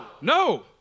No